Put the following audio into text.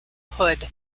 hood